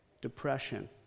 depression